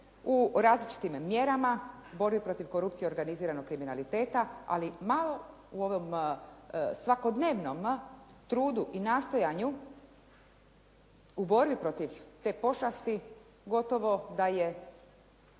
u različitim mjerama, u borbi protiv korupcije i organiziranog kriminaliteta ali malo u ovom svakodnevnom trudu i nastojanju u borbi protiv te pošasti gotovo da je